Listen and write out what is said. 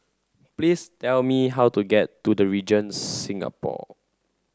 please tell me how to get to The Regent Singapore